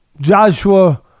Joshua